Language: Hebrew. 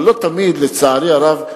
אבל לצערי הרב,